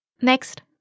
Next